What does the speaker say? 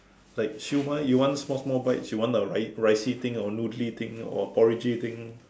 like siew-mai you want small small bites you want the ricey thing or noodly thing or porridgey thing